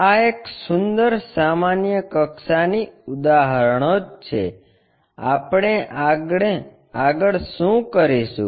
આ એક સુંદર સામાન્ય કક્ષાની ઉદાહરણો જ છે આગળ આપણે શું કરીશું